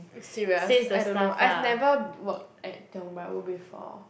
serious I don't know I've never work at Tiong-Bahru before